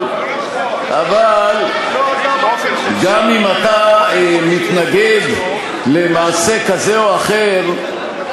גם אם אתה מתנגד למעשה כזה או אחר,